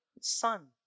sun